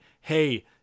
hey